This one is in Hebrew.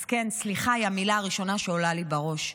אז כן, "סליחה" היא המילה הראשונה שעולה לי בראש.